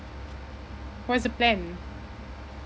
what's the plan